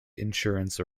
insurance